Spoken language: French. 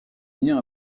lien